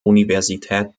universität